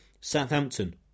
Southampton